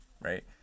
right